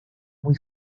muy